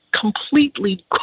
completely